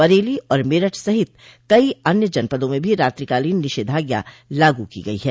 बरेली और मेरठ सहित कई अन्य जनपदों में भी रात्रिकालीन निषेधाज्ञा लागू की गई है